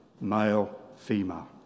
male-female